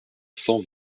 cent